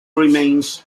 remains